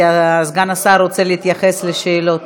כי סגן השר רוצה להתייחס לשאלות.